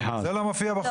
אני אתן לך להגיד משפט.